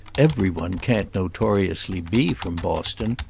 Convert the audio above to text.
every one can't notoriously be from boston.